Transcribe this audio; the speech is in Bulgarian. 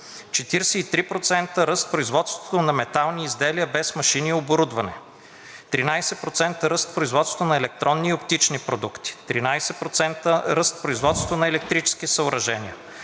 43% ръст в производството на метални изделия, без машини и оборудване; 13% ръст в производството на електронни и оптични продукти; 13% ръст в производството на електрически съоръжения;